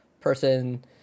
person